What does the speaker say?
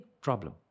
problem